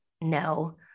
No